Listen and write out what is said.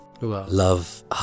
Love